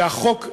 והחוק,